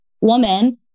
woman